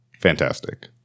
fantastic